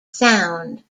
sound